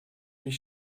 mich